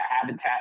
habitat